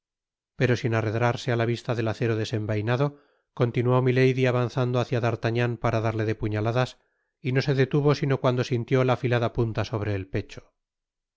pero sin arredrarse á la vista del acero desenvainado continuó milady avanzando bácia d'artagnan para darle de puñaladas y no se detuvo sino cuando sintió la afilada punta sobre el pecho